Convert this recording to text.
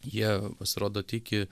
jie pasirodo tiki